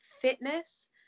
fitness